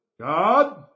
God